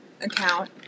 account